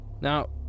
Now